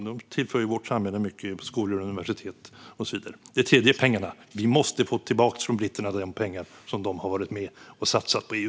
De tillför vårt samhälle mycket på skolor och universitet och så vidare. Det tredje är pengarna. Vi måste få tillbaka från britterna de pengar som de har varit med och satsat på EU.